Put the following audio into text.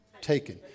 taken